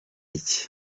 iki